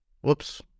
Whoops